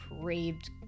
craved